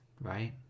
right